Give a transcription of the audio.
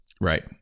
right